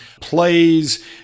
plays